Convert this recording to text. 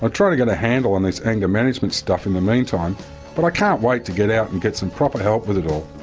i try to get a handle on this anger management stuff in the meantime but i can't wait to get out and get some proper help with it all.